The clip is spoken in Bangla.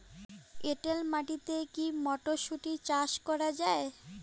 এটেল মাটিতে কী মটরশুটি চাষ করা য়ায়?